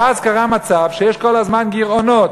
ואז קרה מצב שיש כל הזמן גירעונות,